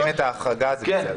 אם הם מבטלים את החרגה, זה בסדר.